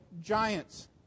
giants